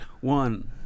one